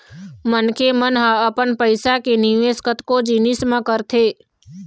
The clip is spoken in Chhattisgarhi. मनखे मन ह अपन पइसा के निवेश कतको जिनिस म करथे